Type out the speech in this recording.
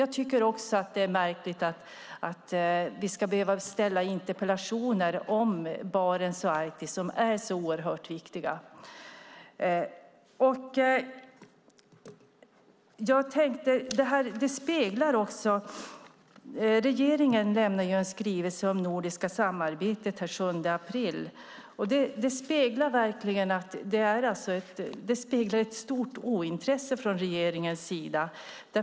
Jag tycker också att det är märkligt att vi ska behöva ställa interpellationer om Barentsområdet och Arktis som är oerhört viktiga områden. Regeringen lämnade en skrivelse om det nordiska samarbetet den 7 april. Den speglar verkligen ett stort ointresse från regeringens sida.